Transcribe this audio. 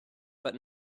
but